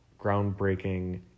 groundbreaking